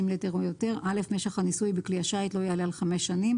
ליטר או יותר - משך הניסוי בכלי השיט לא יעלה על 5 שנים,